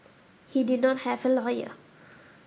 he did not have a lawyer